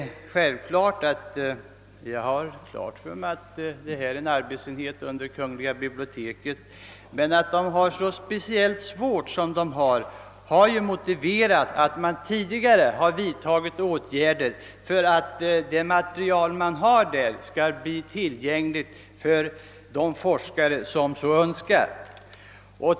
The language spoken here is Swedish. Jag har fullt klart för mig att fonoteket är en arbetsenhet under kungl. biblioteket. Men det förhållandet att fonoteket arbetar under så speciellt svära förhållanden har tidigare motiverat, att man vidtagit åtgärder för att det material som där finns skall bli tillgängligt för forskare.